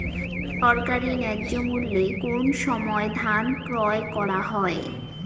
সরকারি ন্যায্য মূল্যে কোন সময় ধান ক্রয় করা হয়?